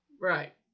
Right